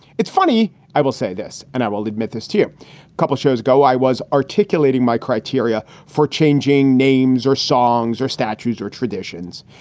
it's funny i will say this and i will admit this to a couple of shows. go. i was articulating my criteria for changing names or songs or statues or traditions,